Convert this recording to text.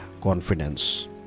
confidence